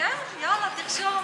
כן, יאללה, תרשום.